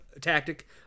tactic